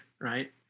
Right